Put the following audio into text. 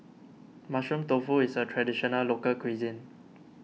Mushroom Tofu is a Traditional Local Cuisine